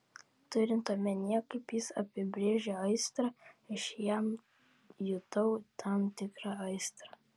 turint omenyje kaip jis apibrėžia aistrą aš jam jutau tam tikrą aistrą